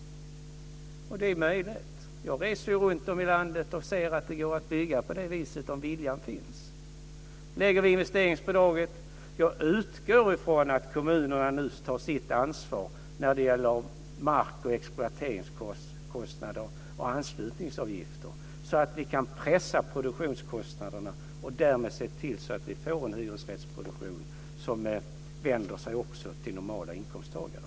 Och det är möjligt. Jag reser ju runtom i landet och ser att det går att bygga på det viset om viljan finns. Jag utgår från att kommunerna nu tar sitt ansvar när det gäller mark och exploateringskostnader och anslutningsavgifter, så att vi kan pressa produktionskostnaderna och därmed se till att vi får en hyresrättsproduktion som vänder sig också till normalinkomsttagare.